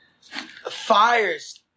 fire's